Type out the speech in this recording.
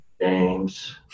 James